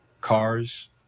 cars